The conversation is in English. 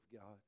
God